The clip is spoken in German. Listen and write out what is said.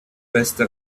beste